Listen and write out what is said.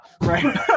Right